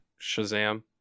Shazam